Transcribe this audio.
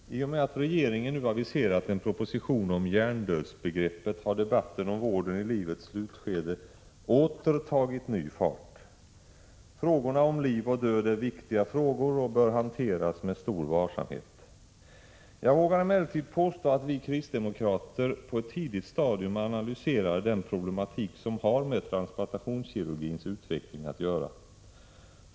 Herr talman! I och med att regeringen nu aviserat en proposition om hjärndödsbegreppet har debatten om vården i livets slutskede åter tagit fart. Frågorna om liv och död är viktiga frågor och bör hanteras med stor varsamhet. Jag vågar emellertid påstå att vi kristdemokrater på ett tidigt stadium analyserade den problematik som har med transplantationskirurgins utveckling att göra.